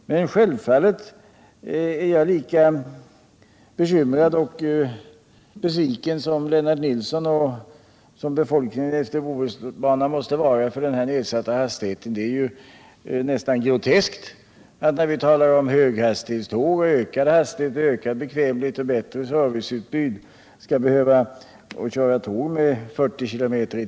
Självfallet är jag lika bekymrad och besviken som Lennart Nilsson och tydligen också befolkningen längs Bohusbanan är. Det är nästan groteskt att behöva köra tåg med 40 km i timmen i det här väl utvecklade landet, när vi samtidigt kan tala om höghastighetståg, ökad hastighet, ökad bekvämlighet och bättre serviceutbud.